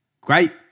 Great